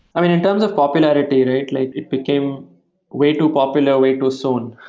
i mean, in terms of popularity rate, like it became way too popular way too soon,